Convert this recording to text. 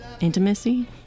Intimacy